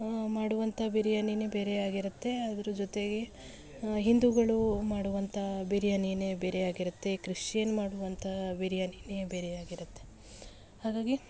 ಮಾಡುವಂಥ ಬಿರಿಯಾನಿನೆ ಬೇರೆಯಾಗಿರುತ್ತೆ ಅದ್ರ ಜೊತೆಗೆ ಹಿಂದುಗಳು ಮಾಡುವಂಥ ಬಿರಿಯಾನಿನೆ ಬೇರೆಯಾಗಿರುತ್ತೆ ಕ್ರಿಶ್ಚಿಯನ್ ಮಾಡುವಂಥ ಬಿರಿಯಾನಿನೇ ಬೇರೆಯಾಗಿರುತ್ತೆ ಹಾಗಾಗಿ